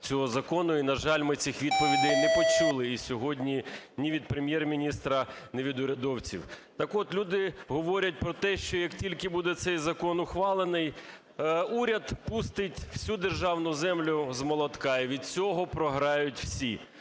цього закону, і, на жаль, ми цих відповідей не почули і сьогодні ні від Прем’єр-міністра, ні від урядовців. Так от люди говорять про те, що як тільки буде цей закон ухвалений, уряд пустить усю державну землю з молотка, і від цього програють всі.